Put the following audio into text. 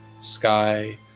sky